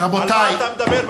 על מה אתה מדבר?